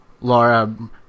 Laura